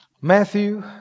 Matthew